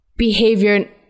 Behavior